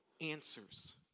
answers